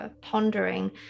Pondering